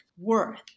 worth